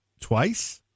twice